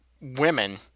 women